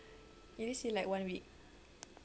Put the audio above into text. it is in like one week